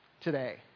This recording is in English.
today